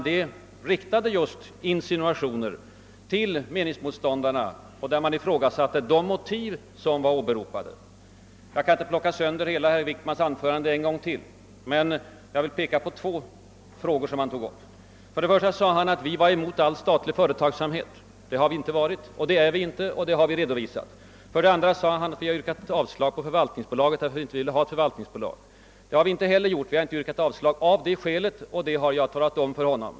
Det innehöll just insinuationer mot meningsmotståndarna, varvid åberopade motiv av dem ifrågasattes. Jag kan inte plocka sönder herr Wickmans anförande ännu en gång men vill beröra två av de frågor han tog upp. För det första sade han att vi är emot all statlig företagsamhet. Det har vi inte varit och det är vi inte, vilket också redovisats. För det andra framhöll han att vi yrkat avslag på förslaget om ett förvaltningsbolag därför att vi inte vill ha ett sådant. Det har vi inte heller gjort. Vi har inte yrkat avslag av det skälet och det har jag också påpekat för herr Wickman.